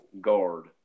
guard